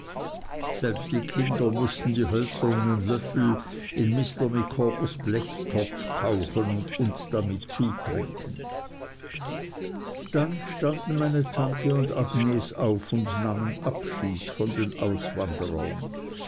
selbst die kinder mußten die hölzernen löffel in mr micawbers blechtopf tauchen und uns damit zutrinken dann standen meine tante und agnes auf und nahmen abschied von den auswanderern